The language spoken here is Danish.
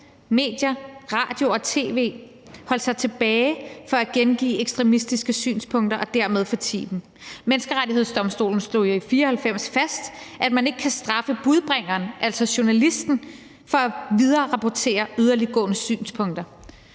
medier, radio og tv holdt sig tilbage fra at gengive ekstremistiske synspunkter og dermed fortiede dem. Menneskerettighedsdomstolen slog i 1994 fast, at man ikke kan straffe budbringeren, altså journalisten, for at vidererapportere yderliggående synspunkter.